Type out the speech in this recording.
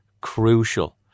crucial